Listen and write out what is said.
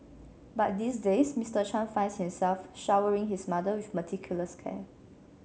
but these days Mister Chan finds himself showering his mother with meticulous care